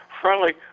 friendly